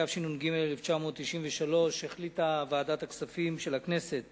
התשנ"ג 1993, החליטה ועדת הכספים של הכנסת